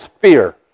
fear